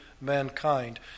mankind